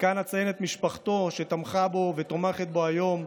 וכאן אציין את משפחתו שתמכה בו, ותומכת בו היום.